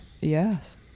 Yes